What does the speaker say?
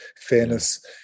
fairness